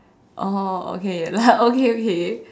oh okay like okay okay